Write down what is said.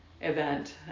event